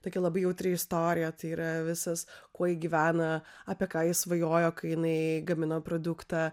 tokia labai jautri istorija tai yra visas kuo ji gyvena apie ką ji svajojo kai jinai gamino produktą